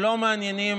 לא מעניינים